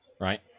right